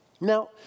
Now